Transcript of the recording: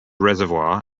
reservoir